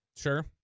Sure